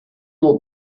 will